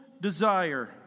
desire